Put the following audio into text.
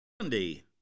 Sunday